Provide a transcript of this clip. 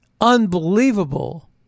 unbelievable